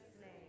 name